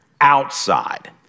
outside